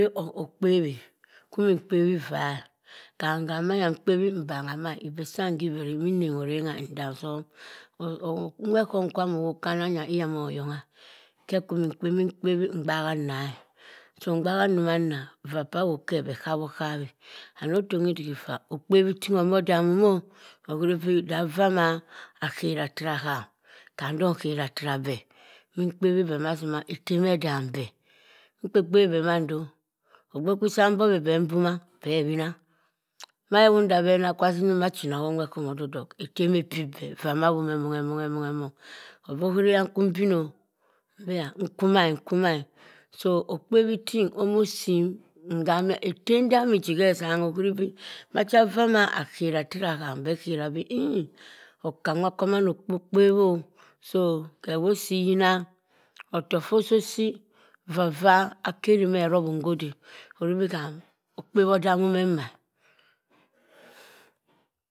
Ham nde okpebhi e. nkpebhi ivaa e. Ham ham, manya nkpebhi mbangha ma eh. ibi sam hibhuri. imin nnegho orengha nsa osom. owwerghom kwan owop khamaya nya iyamoyoyongha e. Khe kwi imin kpehbi imin nkpebhi mgbaha anna e. Ngbaha njoma anna vaa pah wop khe beh gbab oghab e. And ofongha idik iffa akpebhi tingha omo damum oh ohuri bii dah vah maa kheri tara ham, ham dok nkera tara beh. min kpebhi beh massima etem edam beh. Nkpeb kpebhi beh mando. ogbe kwi samgbobhi beh umbama, beh bina maa ewu nda weh na kwa simum achina honwert ghom ododok etem epyib beh. vaa mbo awom emong emong emong emong obi ohuri yan kwu imbin o? Mbiya. nkwuma e, nkwuma e. so okpebhi ting amo sin nhama etem damiji hezangha ohuri bii macha vaa ma khera tara ham beh khera bii inyi oka nwa kwaman okpa okpebhe o. tina so khewosii yina, otok ffa ossi yina vavah beh rubhim hode. ohuribi ham okpabha odamum ema e.